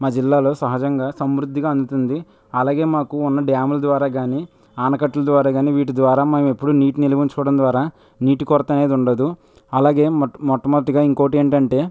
మా జిల్లాలో సహజంగా సమృద్ధిగా అందుతుంది అలాగే మాకు ఉన్న డ్యాములు ద్వారా గాని ఆనకట్ల ద్వారా కానీ వీటి ద్వారా మేము ఎప్పుడూ నీటిని నిల్వ ఉంచుకోవడం ద్వారా నీటి కొరత అనేది ఉండదు అలాగే మొట్టమొదటిగా ఇంకొకటి ఏంటంటే